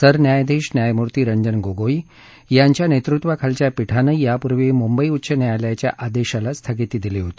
सरन्यायाधीश न्यायमूर्ती रंजन गोगोई यांच्या नेतृत्वाखालच्या पीठानं यापूर्वी मुंबई उच्च न्यायालयाच्या आदेशाला स्थगिती दिली होती